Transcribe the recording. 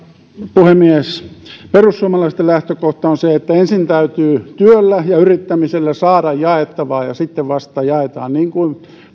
puhemies perussuomalaisten lähtökohta on se että ensin täytyy työllä ja yrittämisellä saada jaettavaa ja sitten vasta jaetaan niin kuin